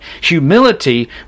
humility